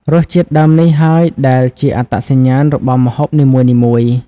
រសជាតិដើមនេះហើយដែលជាអត្តសញ្ញាណរបស់ម្ហូបនីមួយៗ។